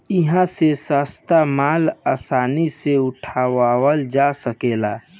इहा से सस्ता माल आसानी से उठावल जा सकेला